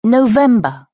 November